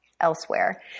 elsewhere